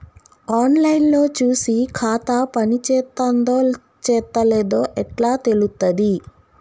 On line లో చూసి ఖాతా పనిచేత్తందో చేత్తలేదో ఎట్లా తెలుత్తది?